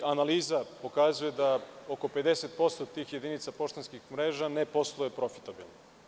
Analiza pokazuje da oko 50% tih jedinica poštanskih mreža ne posluje profitabilno.